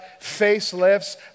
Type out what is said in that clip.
facelifts